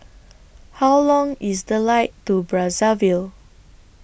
How Long IS The Flight to Brazzaville